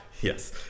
Yes